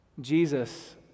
Jesus